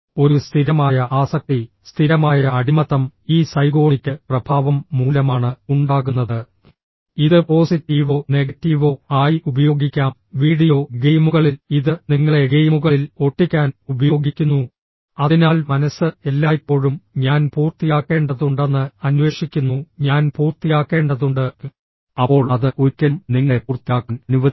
ഒരു സ്ഥിരമായ ആസക്തി സ്ഥിരമായ അടിമത്തം ഈ സൈഗോണിക് പ്രഭാവം മൂലമാണ് ഉണ്ടാകുന്നത് ഇത് പോസിറ്റീവോ നെഗറ്റീവോ ആയി ഉപയോഗിക്കാം വീഡിയോ ഗെയിമുകളിൽ ഇത് നിങ്ങളെ ഗെയിമുകളിൽ ഒട്ടിക്കാൻ ഉപയോഗിക്കുന്നു അതിനാൽ മനസ്സ് എല്ലായ്പ്പോഴും ഞാൻ പൂർത്തിയാക്കേണ്ടതുണ്ടെന്ന് അന്വേഷിക്കുന്നു ഞാൻ പൂർത്തിയാക്കേണ്ടതുണ്ട് അപ്പോൾ അത് ഒരിക്കലും നിങ്ങളെ പൂർത്തിയാക്കാൻ അനുവദിക്കില്ല